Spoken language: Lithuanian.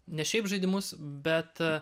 ne šiaip žaidimus bet